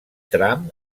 tram